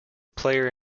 player